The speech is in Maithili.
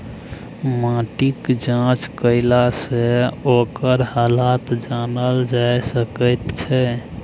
माटिक जाँच केलासँ ओकर हालत जानल जा सकैत छै